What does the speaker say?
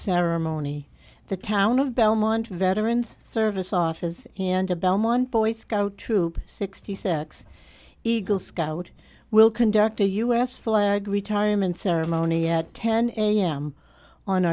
ceremony the town of belmont veterans service office and a belmont boy scout troop sixty six eagle scout will conduct a u s flag retirement ceremony at ten am on